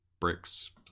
Brick's